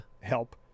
help